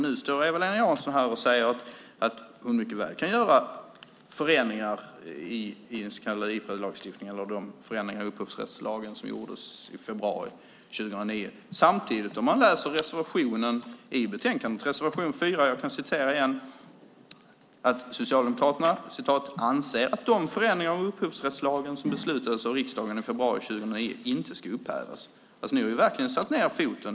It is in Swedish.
Nu säger ju Eva-Lena Jansson att hon mycket väl kan se förändringar i den så kallade Ipredlagstiftningen när det gäller de förändringar av upphovsrättslagen som gjordes i februari 2009. Jag kan återigen citera ur reservation 4 i betänkandet. Där står det att Socialdemokraterna "anser att de förändringar av upphovsrättslagen som beslutades av riksdagen i februari 2009 inte ska upphävas". Ni har verkligen satt ned foten.